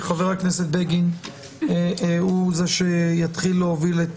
וחבר הכנסת בגין הוא זה שיתחיל להוביל את